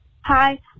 Hi